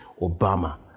Obama